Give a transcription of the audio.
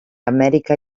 amèrica